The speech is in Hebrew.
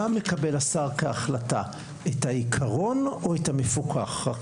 מה מקבל השר כהחלטה, את העקרון או את המפוקח?